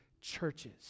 churches